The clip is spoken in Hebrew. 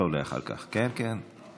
אתה עולה אחר כך, כן, כן.